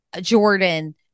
Jordan